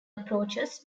approaches